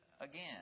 again